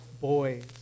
boys